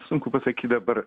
sunku pasakyt dabar